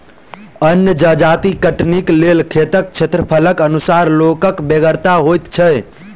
अन्न जजाति कटनीक लेल खेतक क्षेत्रफलक अनुसार लोकक बेगरता होइत छै